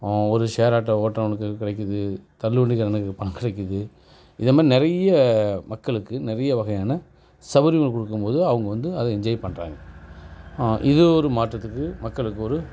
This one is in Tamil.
ஒரு ஷேர் ஆட்டோ ஓட்டுகிறவனுக்கு கிடைக்கிது தள்ளுவண்டிக்காரனுக்கு பணம் கிடைக்கிது இது மாதிரி நிறைய மக்களுக்கு நிறைய வகையான சவுகரியங்கள் கொடுக்கும் போது அவங்க வந்து அதை என்ஜாய் பண்ணுறாங்க இது ஒரு மாற்றத்துக்கு மக்களுக்கு ஒரு